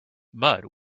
mud